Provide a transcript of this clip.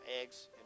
eggs